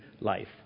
life